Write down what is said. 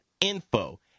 info